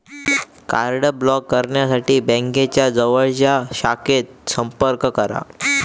card block करुसाठी बँकेच्या जवळच्या शाखेत संपर्क करा